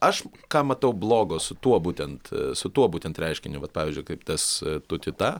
aš ką matau blogo su tuo būtent su tuo būtent reiškiniu vat pavyzdžiui kaip tas tutita